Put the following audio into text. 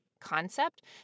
concept